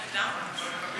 ידעו מה זה תסמונת דאון,